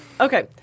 Okay